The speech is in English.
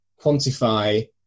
quantify